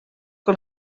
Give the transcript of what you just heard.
que